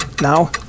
Now